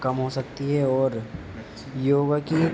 کم ہو سکتی ہے اور یوگا کی